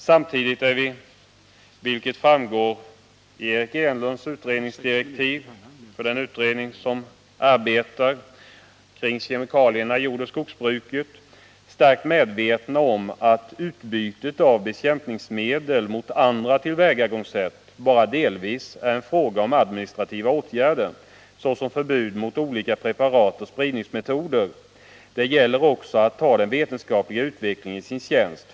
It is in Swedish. Samtidigt är vi — vilket framgår av Eric Enlunds direktiv till den utredning som arbetar med frågor om kemikalier i jordoch skogsbruket — starkt medvetna om att utbyte av bekämpningsmedel mot andra tillvägagångssätt bara delvis är en fråga om administrativa åtgärder såsom förbud mot olika preparat och spridningsmetoder. Det gäller också att ta den vetenskapliga utvecklingen i sin tjänst.